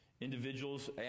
Individuals